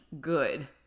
good